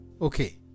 okay